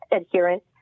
adherent